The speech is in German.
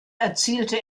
erzielte